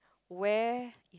where